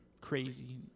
crazy